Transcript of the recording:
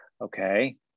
Okay